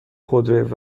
خودروی